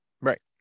Right